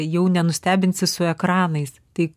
jau nenustebinsi su ekranais tai